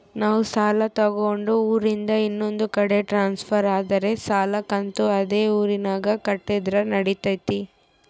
ನಾವು ಸಾಲ ತಗೊಂಡು ಊರಿಂದ ಇನ್ನೊಂದು ಕಡೆ ಟ್ರಾನ್ಸ್ಫರ್ ಆದರೆ ಸಾಲ ಕಂತು ಅದೇ ಊರಿನಾಗ ಕಟ್ಟಿದ್ರ ನಡಿತೈತಿ?